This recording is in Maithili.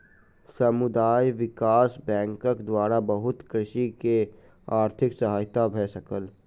समुदाय विकास बैंकक द्वारा बहुत कृषक के आर्थिक सहायता भ सकल